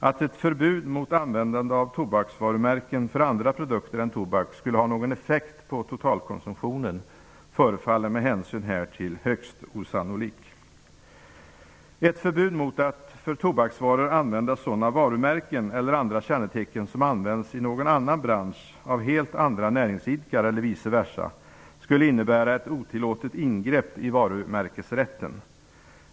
Att ett förbud mot användande av tobaksvarumärken för andra produkter än tobak skulle ha någon effekt på totalkonsumtionen förefaller med hänsyn härtill högst osannolikt. Ett förbud mot att för tobaksvaror använda sådana varumärken eller andra kännetecken som används i någon annan bransch, av helt andra näringsidkare eller vice versa, skulle innebära ett otillåtet ingrepp i varumärkesrätten.